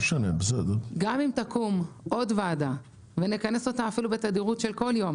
גם אם תקום עוד ועדה ונכנס אותה אפילו בתדירות של כל יום